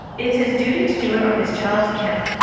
it's his duty to do it on his child's account.